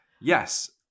yes